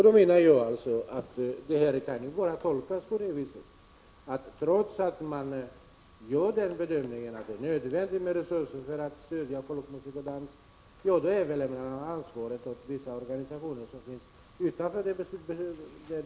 Då menar jag alltså att den inställningen bara kan tolkas så, att man trots att man bedömer att det är nödvändigt att stödja folkmusik och folkdans, överlämnar ansvaret åt vissa organisationer utanför den politiska beslutsprocessen.